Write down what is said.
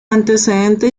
antecedente